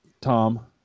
Tom